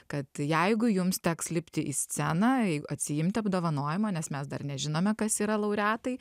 kad jeigu jums teks lipti į sceną ei atsiimti apdovanojimo nes mes dar nežinome kas yra laureatai